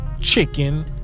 chicken